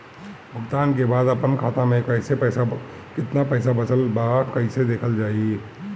भुगतान के बाद आपन खाता में केतना पैसा बचल ब कइसे देखल जाइ?